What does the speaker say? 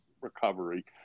recovery